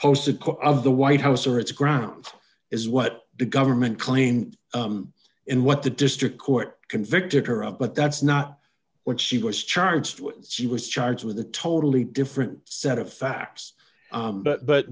core of the white house or its grounds is what the government claimed in what the district court convicted her of but that's not what she was charged with she was charged with a totally different set of facts but but